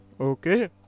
Okay